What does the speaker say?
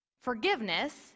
forgiveness